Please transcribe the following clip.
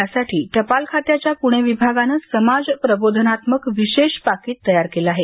यासाठी टपाल खात्याच्या पुणे विभागानं समाज प्रबोधनात्मक विशेष पाकिट तयार केलं आहे